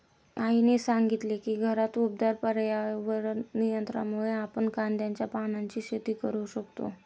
आईने सांगितले की घरात उबदार पर्यावरण नियंत्रणामुळे आपण कांद्याच्या पानांची शेती करू शकतो